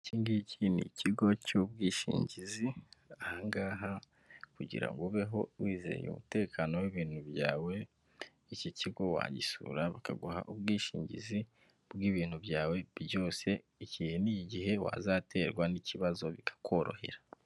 Iki ngiki ni ikigo cy'ubwishingizi. Aha ngaha kugira ngo ubeho wizeye umutekano w'ibintu byawe, iki kigo wagisura bakaguha ubwishingizi bw'ibintu byawe byose, igihe n'igihe wazaterwa n'ikibazo bikakorohera.